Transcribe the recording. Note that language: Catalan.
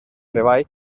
treball